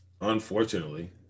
Unfortunately